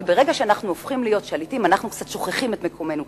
כי ברגע שאנחנו הופכים להיות שליטים אנחנו קצת שוכחים את מקומנו,